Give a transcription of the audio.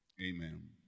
Amen